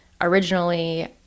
originally